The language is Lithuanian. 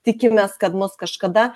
tikimės kad mus kažkada